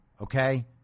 okay